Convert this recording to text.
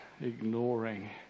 ignoring